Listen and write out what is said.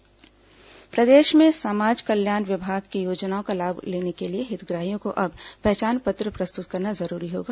समाज कल्याण पहचान पत्र प्रदेश में समाज कल्याण विभाग की योजनाओं का लाभ लेने के लिए हितग्राहियों को अब पहचान पत्र प्रस्तुत करना जरूरी होगा